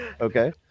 Okay